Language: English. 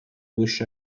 wish